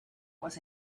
was